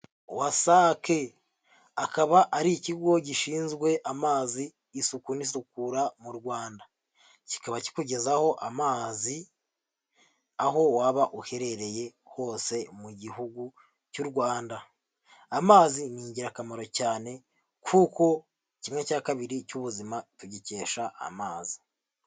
WASAC akaba ari ikigo gishinzwe amazi, isuku n'isukura mu Rwanda, kikaba kikugezaho amazi aho waba uherereye hose mu gihugu cy'u Rwanda. Amazi ni ingirakamaro cyane kuko kimwe cya kabiri cy'ubuzima tugikesha amazi.